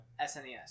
SNES